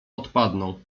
odpadną